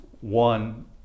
one